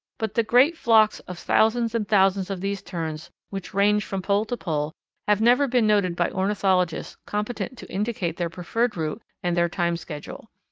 but the great flocks of thousands and thousands of these terns which range from pole to pole have never been noted by ornithologists competent to indicate their preferred route and their time schedule.